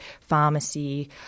pharmacy